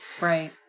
Right